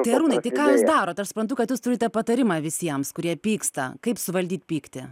tai arūnai tai ką jūs darot aš suprantu kad jūs turite patarimą visiems kurie pyksta kaip suvaldyt pyktį